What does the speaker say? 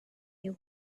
you